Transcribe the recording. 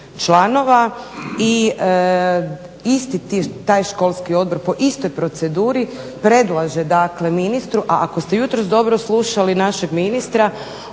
članova i isti taj školski odbor po istoj proceduri predlaže dakle ministru, a ako ste jutros dobro slušali našeg ministra